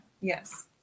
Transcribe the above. Yes